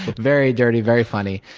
very dirty, very funny.